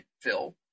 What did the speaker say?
Phil